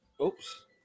oops